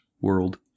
world